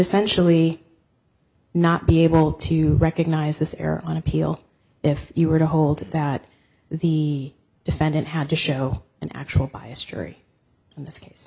essentially not be able to recognize this error on appeal if you were to hold that the defendant had to show an actual bias tree in this case